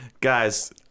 Guys